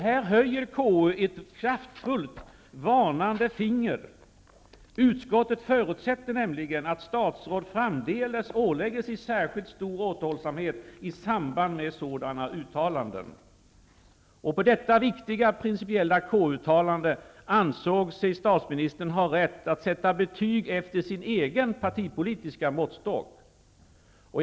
KU höjer här ett kraftfullt varnande finger: Utskottet förutsätter nämligen att statsråd framdeles ålägger sig särskilt stor återhållsamhet i samband med sådana uttalanden. På detta viktiga principiella KU-uttalande ansåg sig statsministern ha rätt att sätta betyg efter sin egen partipolitiska måttstock.